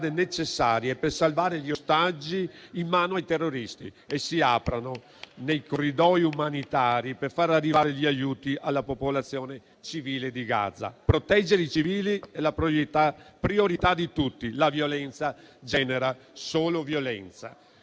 necessarie per salvare gli ostaggi in mano ai terroristi e si aprano corridoi umanitari per far arrivare gli aiuti alla popolazione civile di Gaza. Proteggere i civili è la priorità di tutti e la violenza genera solo violenza.